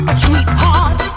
sweetheart